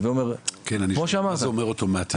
מה זה אוטומטית?